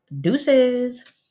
Deuces